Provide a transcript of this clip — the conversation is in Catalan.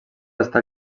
està